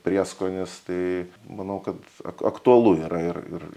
prieskonis tai manau kad aktualu yra ir ir